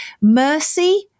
Mercy